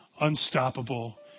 unstoppable